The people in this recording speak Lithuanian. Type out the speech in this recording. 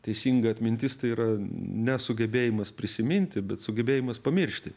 teisinga atmintis tai yra nesugebėjimas prisiminti bet sugebėjimas pamiršti